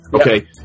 Okay